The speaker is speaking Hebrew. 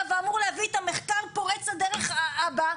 ואמור להביא את המחקר פורץ הדרך הבא?